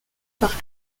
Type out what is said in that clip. par